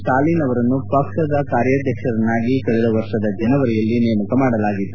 ಸ್ಲಾಲಿನ್ ಅವರನ್ನು ಪಕ್ಷದ ಕಾರ್ಯಾಧ್ಯಕ್ಷರನ್ನಾಗಿ ಕಳೆದ ವರ್ಷದ ಜನವರಿಯಲ್ಲಿ ನೇಮಕ ಮಾಡಲಾಗಿತ್ತು